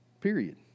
Period